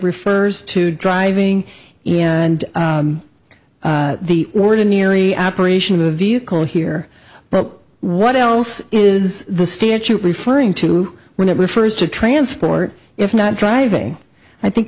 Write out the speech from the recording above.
refers to driving and the ordinary operation of a vehicle here but what else is the statute referring to when it refers to transport if not driving i think